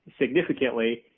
significantly